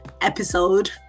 episode